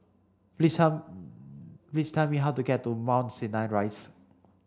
please tell how to get to Mount Sinai Rise